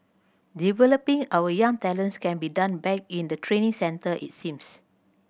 developing our young talents can be done back in the training centre it seems